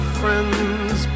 friends